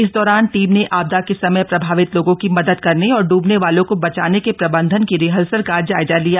इस दौरान टीम ने आपदा के समय प्रभावित लोगों की मदद करने और इबने वालों को बचाने के प्रबंधन की रिहर्सल का जायजा लिया